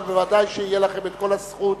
אבל ודאי שתהיה לכם כל הזכות